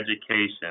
education